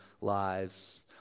lives